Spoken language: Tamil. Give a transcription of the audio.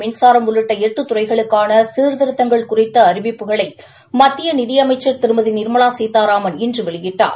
மின்சாரம் உள்ளிட்ட எட்டு துறைகளுக்கான சீர்திருத்தங்கள் குறித்த அறிவிப்புகளை மத்திய நிதி அமைச்ச் திருமதி நிர்மலா சீதாராமன் இன்று வெளியிட்டார்